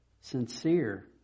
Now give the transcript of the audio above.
sincere